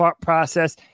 process